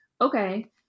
okay